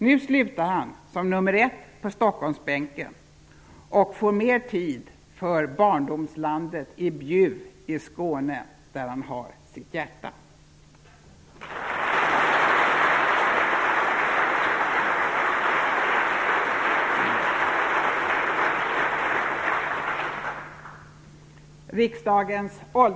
Nu slutar han som nummer 1 på Stockholmsbänken och får mer tid för barndomslandet i Bjuv i Skåne, där han har sitt hjärta.